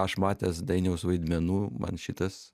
aš matęs dainiaus vaidmenų man šitas